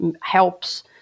helps